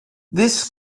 this